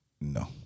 No